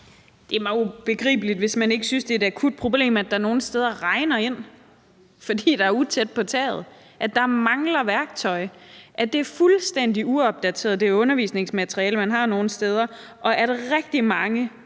Det er ubegribeligt, hvis man ikke synes, at det er et akut problem, at det nogle steder regner ind, fordi taget er utæt; at der mangler værktøj; at det undervisningsmateriale, man har nogle steder, er fuldstændig